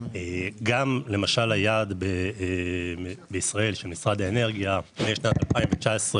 למשל היעד בישראל של משרד האנרגיה ב-2019,